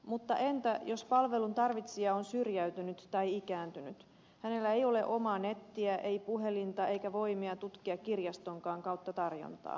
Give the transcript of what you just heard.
mutta entä jos palvelun tarvitsija on syrjäytynyt tai ikääntynyt hänellä ei ole omaa nettiä ei puhelinta eikä voimia tutkia kirjastonkaan kautta tarjontaa